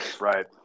Right